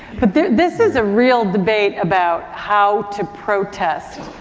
but this, this is a real debate about how to protest,